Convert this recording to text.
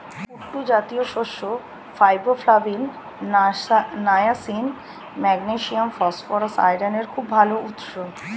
কুট্টু জাতীয় শস্য riboflavin, niacin, magnesium, phosphorus, আয়রনের খুব ভাল উৎস